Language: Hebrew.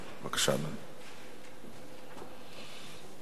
בבקשה, אדוני.